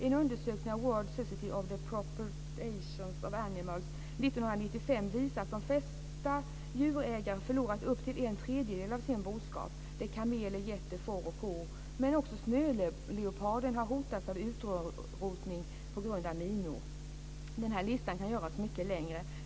En undersökning av World Society for the Protection of Animals 1995 visar att de flesta djurägare förlorat upp till en tredjedel av sin boskap. Det är kameler, getter, får och kor. Också snöleoparden har hotats av utrotning på grund av minor. Den här listan kan göras mycket längre.